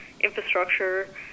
infrastructure